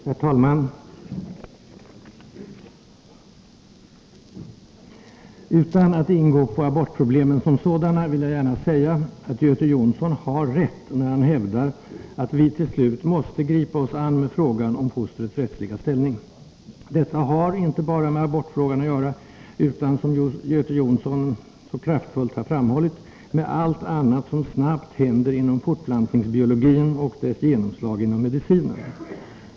Herr talman! Utan att ingå på abortproblemen som sådana vill jag gärna säga, att Göte Jonsson har rätt när han hävdar att vi till slut måste gripa oss an med frågan om fostrets rättsliga ställning. Detta har inte bara med abortfrågan att göra utan — som Göte Jonsson så kraftfullt har framhållit — med allt annat som nu snabbt händer inom fortplantningsbiologin och dess genomslag inom medicinen.